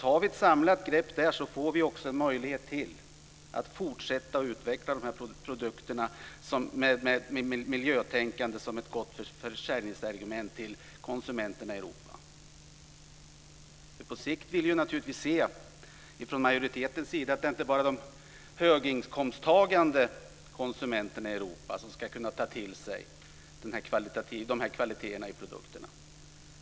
Har vi ett samlat grepp där får vi också en möjlighet till att fortsätta utveckla de här produkterna med miljötänkande som ett gott försäljningsargument till konsumenterna i Europa. På sikt vill vi naturligtvis se från majoritetens sida att det inte bara är de höginkomsttagande konsumenterna i Europa som ska kunna ta till sig de här kvaliteterna i produkterna.